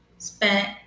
Spent